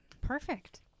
Perfect